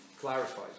clarified